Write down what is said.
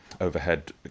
overhead